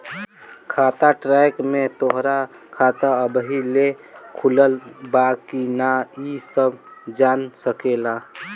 खाता ट्रैक में तोहरा खाता अबही ले खुलल बा की ना इ सब जान सकेला